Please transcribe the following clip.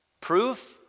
Proof